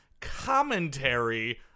commentary